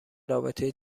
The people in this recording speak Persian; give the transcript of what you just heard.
رابطه